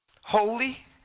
Holy